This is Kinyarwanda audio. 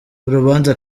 urubanza